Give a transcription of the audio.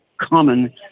common